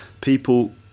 People